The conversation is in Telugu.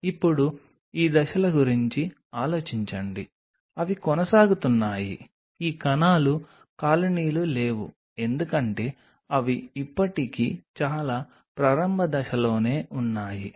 ఇప్పుడు ఈ దశల గురించి ఆలోచించండి అవి కొనసాగుతున్నాయి ఈ కణాలు కాలనీలు లేవు ఎందుకంటే అవి ఇప్పటికీ చాలా ప్రారంభ దశలోనే ఉన్నాయి